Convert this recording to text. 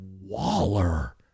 Waller